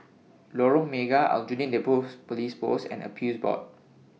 Lorong Mega Aljunied Neighbourhoods Police Post and Appeals Board